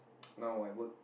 now I work